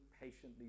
patiently